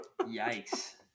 Yikes